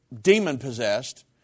demon-possessed